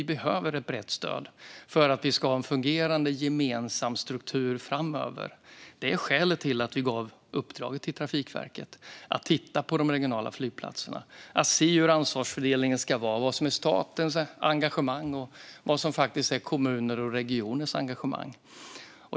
Vi behöver nämligen ett brett stöd för att vi ska ha en fungerande gemensam struktur framöver. Det är skälet till att vi gav uppdraget till Trafikverket att titta på de regionala flygplatserna, att titta på hur ansvarsfördelningen ska vara och vad som är statens engagemang och vad som faktiskt är kommuners och regioners engagemang.